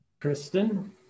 Kristen